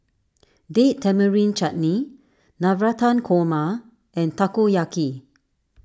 Date Tamarind Chutney Navratan Korma and Takoyaki